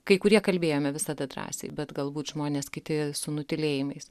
kai kurie kalbėjome visada drąsiai bet galbūt žmonės kiti su nutylėjimais